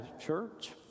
church